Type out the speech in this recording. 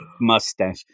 mustache